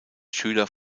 schüler